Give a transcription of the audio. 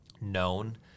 known